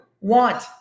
want